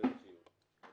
לא